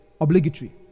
obligatory